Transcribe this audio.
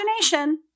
imagination